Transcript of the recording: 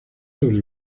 sobre